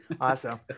Awesome